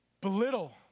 belittle